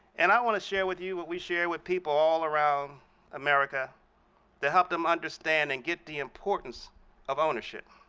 and i want to share with you what we share with people all around america to help them understand and get the importance of ownership,